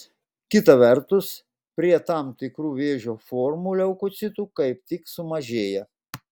kita vertus prie tam tikrų vėžio formų leukocitų kaip tik sumažėja